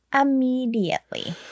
immediately